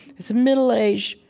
it's a middle-aged,